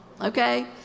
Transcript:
okay